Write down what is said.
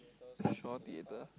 Shaw theatre